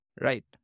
Right